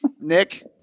Nick